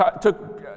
took